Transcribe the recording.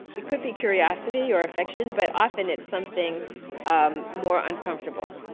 it could be curiosity or affection, but often it's something um more uncomfortable.